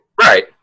right